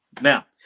Now